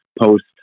post